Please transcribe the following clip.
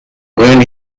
when